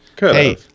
Hey